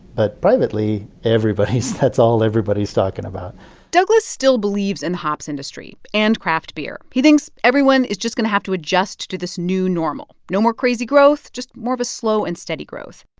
but privately, everybody that's all everybody's talking about douglas still believes in the hops industry and craft beer. he thinks everyone is just going to have to adjust to this new normal. no more crazy growth, just more of a slow and steady growth.